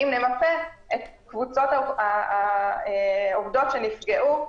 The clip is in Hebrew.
אם נמפה את קבוצות העובדות שנפגעו,